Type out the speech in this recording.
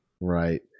Right